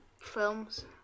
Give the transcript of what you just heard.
films